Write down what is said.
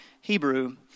Hebrew